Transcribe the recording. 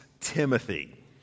Timothy